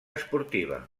esportiva